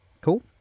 Cool